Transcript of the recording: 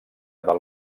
del